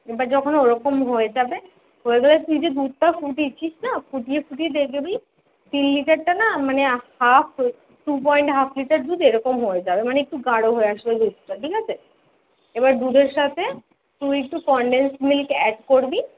এবার যখন ওরকম হয়ে যাবে হয়ে গেলে তুই যে দুধটা ফুটিয়েছিস না ফুটিয়ে ফুটিয়ে দেখবি তিন লিটারটা না মানে হাফ হয়ে টু পয়েন্ট হাফ লিটার দুধ এরকম হয়ে যাবে মানে একটু গাঢ় হয়ে আসবে দুধটা ঠিক আছে এবার দুধের সাথে তুই একটু কনডেন্স মিল্ক অ্যাড করবি